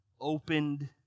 opened